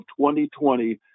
2020